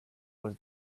was